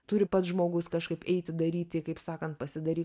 turi pats žmogus kažkaip eiti daryti kaip sakant pasidaryk